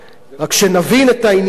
רק שנבין את העניין.